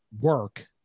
work